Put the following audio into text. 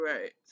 Right